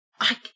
I-